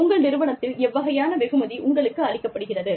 உங்கள் நிறுவனத்தில் எவ்வகையான வெகுமதி உங்களுக்கு அளிக்கப்படுகிறது